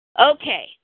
okay